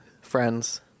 friends